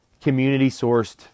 community-sourced